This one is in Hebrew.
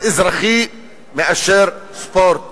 אזרחי מאשר ספורט,